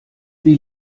wie